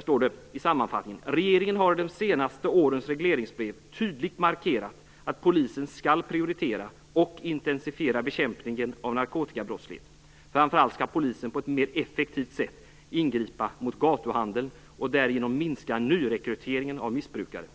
står det i sammanfattning: "Regeringen har i de senaste årens regleringsbrev tydligt markerat att polisen skall prioritera och intensifiera bekämpningen av narkotikabrottslighet. Framför allt skall polisen på ett mer effektivt sätt ingripa mot gatuhandel och därigenom minska nyrekryteringen av missbrukare.